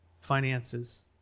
finances